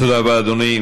תודה רבה, אדוני.